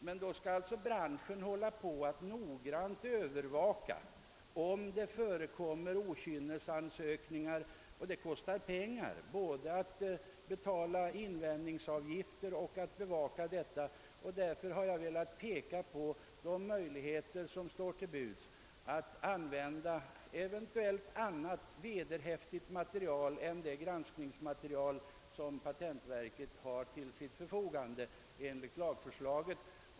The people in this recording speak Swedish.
Men då skall man inom branschen noggrant övervaka om ansökningar godkänts trots nyhetshinder. Det kostar pengar att bevaka detta i form av både invändningsavgifter och annat. Därför har jag velat peka på de möjligheter som står till buds att använda eventuellt annat vederhäftigt material än det granskningsmaterial, som patentverket har till sitt förfogande enligt lagförslaget.